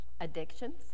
addictions